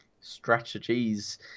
strategies